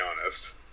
honest